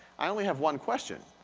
i only have one question,